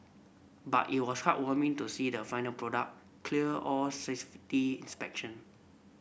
but it was heartwarming to see the final product clear all safety inspection